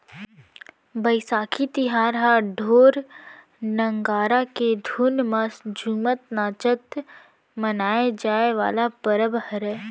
बइसाखी तिहार ह ढोर, नंगारा के धुन म झुमत नाचत मनाए जाए वाला परब हरय